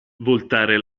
voltare